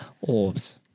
Orbs